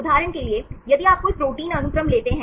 उदाहरण के लिए यदि आप कोई प्रोटीन अनुक्रम लेते हैं